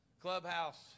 clubhouse